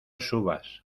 subas